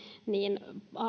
niin